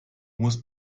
muss